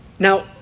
Now